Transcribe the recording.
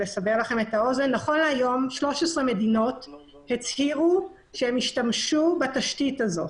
נכון להיום 13 מדינות הצהירו שהן השתמשו בתשתית הזאת.